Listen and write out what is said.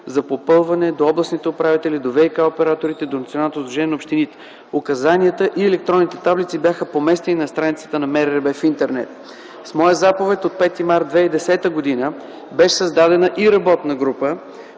за попълване до областните управители, до ВиК-операторите, до Националното сдружение на общините. Указанията и електронните таблици бяха поместени на страницата на МРРБ в Интернет. С моя Заповед от 5 март 2010 г. беше създадена и работна група,